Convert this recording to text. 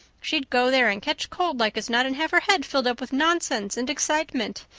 she'd go there and catch cold like as not, and have her head filled up with nonsense and excitement.